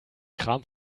kram